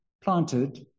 planted